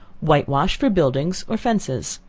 white-wash for buildings or fences.